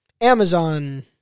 Amazon